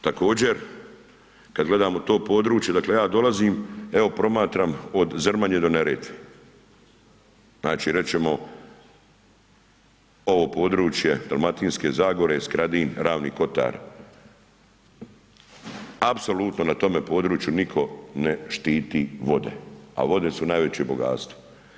Također kad gledamo to područje odakle ja dolazim, evo promatram od Zrmanje do Neretve, znači rećemo ovo područje Dalmatinske zagore, Skradin, Ravni kotari, apsolutno na tome području nitko ne štiti vode, a vode su najveće bogatstvo.